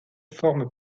forment